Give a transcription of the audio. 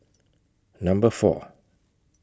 Number four